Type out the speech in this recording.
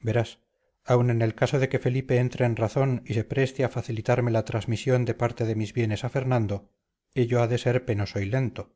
verás aun en el caso de que felipe entre en razón y se preste a facilitarme la transmisión de parte de mis bienes a fernando ello ha de ser penoso y lento